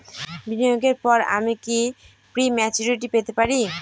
বিনিয়োগের পর আমি কি প্রিম্যচুরিটি পেতে পারি?